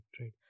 right